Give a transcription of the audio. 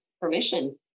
permission